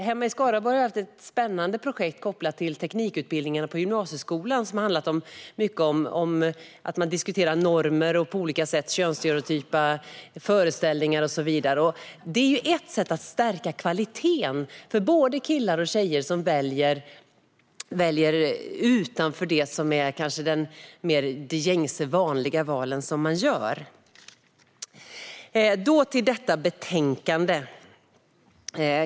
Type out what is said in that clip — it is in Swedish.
Hemma i Skaraborg har vi haft ett spännande projekt kopplat till teknikutbildningarna på gymnasieskolan som har handlat mycket om att man diskuterar normer, könsstereotypa föreställningar och så vidare. Det är ett sätt att stärka kvaliteten för både killar och tjejer som väljer utanför det som kanske är de gängse val som man gör. Efter detta ska jag nu övergå till betänkandet.